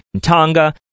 Tonga